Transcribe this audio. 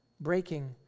breaking